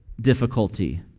difficulty